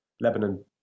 lebanon